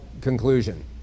conclusion